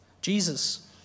Jesus